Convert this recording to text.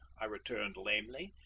i returned lamely,